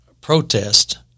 protest